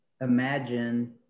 imagine